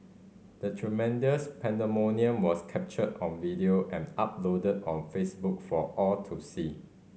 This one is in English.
the tremendous pandemonium was captured on video and uploaded on Facebook for all to see